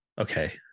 Okay